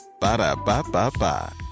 Ba-da-ba-ba-ba